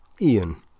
Ian